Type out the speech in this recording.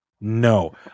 No